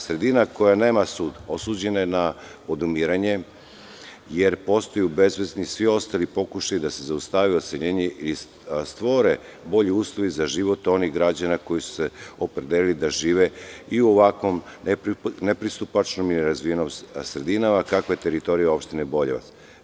Sredina koja nema sud osuđena je na odumiranje, jer postaju besvesni svi ostali pokušaji da se zaustavi odseljenje i stvore bolji uslovi za život onih građana koji su se opredelili da žive u ovakvim nepristupačnim i nerazvijenim sredinama, kakva je teritorija opštine Boljevac.